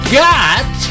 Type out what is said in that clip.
got